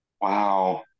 Wow